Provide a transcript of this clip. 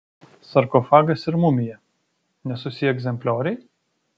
sarkofagas ir mumija nesusiję egzemplioriai